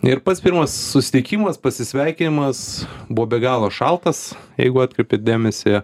ir pats pirmas susitikimas pasisveikinimas buvo be galo šaltas jeigu atkreipi dėmesį